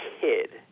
kid